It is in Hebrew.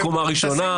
קומה ראשונה.